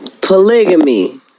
Polygamy